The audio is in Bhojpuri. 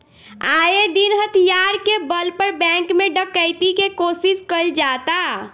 आये दिन हथियार के बल पर बैंक में डकैती के कोशिश कईल जाता